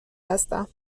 هستم